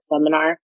seminar